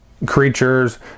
Creatures